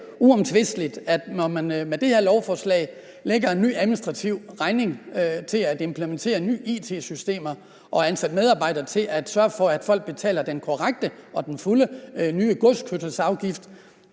det er jo uomtvisteligt, at når man med det her lovforslag udskriver en ny administrativ regning for at implementere nye it-systemer og ansætte medarbejdere til at sørge for, at folk betaler den korrekte og den fulde nye godskørselsafgift